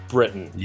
Britain